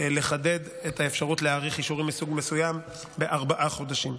לחדד את האפשרות להאריך אישורים מסוג מסוים בארבעה חודשים.